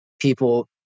people